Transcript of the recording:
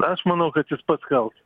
aš manau kad jis pats kaltas